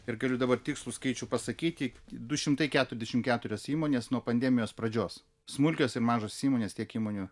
ir galiu dabar tikslų skaičių pasakyti du šimtai keturiasdešimt keturios įmonės nuo pandemijos pradžios smulkios ir mažos įmonės tiek įmonių